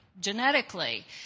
genetically